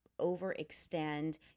overextend